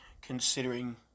considering